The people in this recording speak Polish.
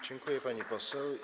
Dziękuję, pani poseł.